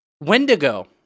Wendigo